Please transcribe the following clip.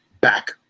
back